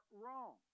wrong